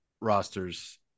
rosters